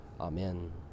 amen